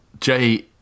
Jay